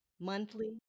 monthly